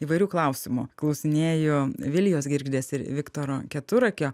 įvairių klausimų klausinėju vilijos girgždės ir viktoro keturakio